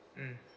mm